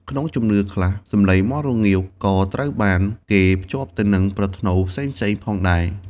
ក្នុងជំនឿខ្លះ សំឡេងមាន់រងាវក៏ត្រូវបានគេភ្ជាប់ទៅនឹងប្រផ្នូលផ្សេងៗផងដែរ។